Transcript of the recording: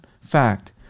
fact